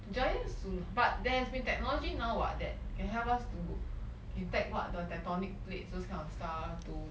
giant tsu~ but there has been technology now [what] that can help us to boo~ detect what the tectonic plates those kind of stuff to